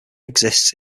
exists